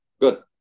Good